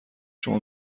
شما